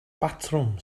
batrwm